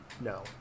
no